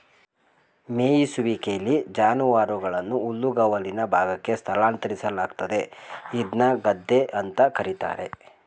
ಮೆಯಿಸುವಿಕೆಲಿ ಜಾನುವಾರುವನ್ನು ಹುಲ್ಲುಗಾವಲಿನ ಭಾಗಕ್ಕೆ ಸ್ಥಳಾಂತರಿಸಲಾಗ್ತದೆ ಇದ್ನ ಗದ್ದೆ ಅಂತ ಕರೀತಾರೆ